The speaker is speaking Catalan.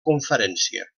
conferència